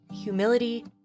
humility